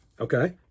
okay